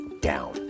down